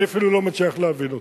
אני לא אפילו מצליח להבין אותם.